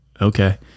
Okay